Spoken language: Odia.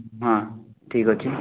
ହଁ ଠିକ୍ ଅଛି